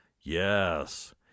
Yes